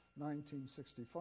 1965